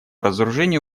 разоружению